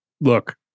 Look